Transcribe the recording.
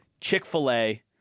Chick-fil-A